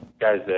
guys